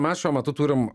mes šiuo metu turim